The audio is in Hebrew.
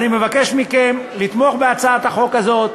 אני מבקש מכם לתמוך בהצעת החוק הזאת,